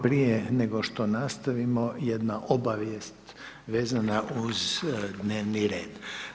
Prije nego što nastavimo jedna obavijest vezana uz dnevni red.